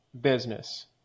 business